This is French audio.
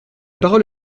parole